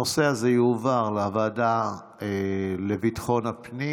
הנושא הזה יועבר לוועדת ביטחון הפנים.